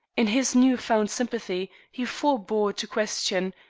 in his new-found sympathy he forebore to question,